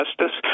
justice